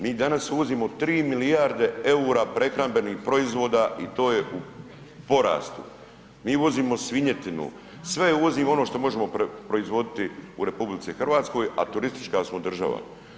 Mi danas uvozimo 3 milijarde eura prehrambenih proizvoda i to je u porastu, mi uvozimo svinjetinu, sve uvozimo ono što možemo proizvoditi u RH a turistička smo država.